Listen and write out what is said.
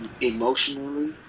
emotionally